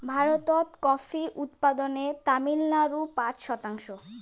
ভারতত কফি উৎপাদনে তামিলনাড়ু পাঁচ শতাংশ